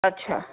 अच्छा